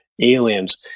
aliens